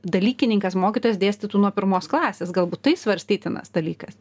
dalykininkas mokytojas dėstytų nuo pirmos klasės galbūt tai svarstytinas dalykas